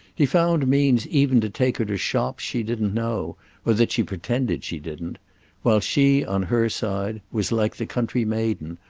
he found means even to take her to shops she didn't know, or that she pretended she didn't while she, on her side, was, like the country maiden,